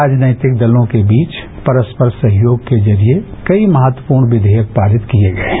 राजनीतिक दलों के बीच परस्पर सहयोग के जरिए कई महत्वपूर्ण विधेयक पारित किए गए हैं